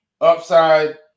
upside